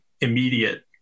immediate